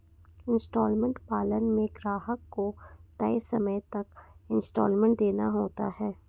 instalment plan में ग्राहक को तय समय तक इन्सटॉलमेंट देना होता है